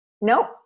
Nope